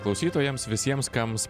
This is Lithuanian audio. klausytojams visiems kams